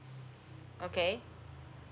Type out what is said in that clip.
okay